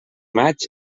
maig